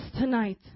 tonight